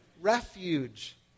refuge